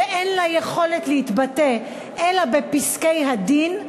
שאין לה יכולת להתבטא אלא בפסקי-הדין,